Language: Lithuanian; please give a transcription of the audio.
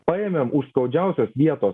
paėmėm už skaudžiausios vietos